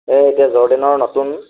অঁ এতিয়া জৰ্ডেনৰ নতুন